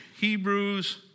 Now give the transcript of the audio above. Hebrews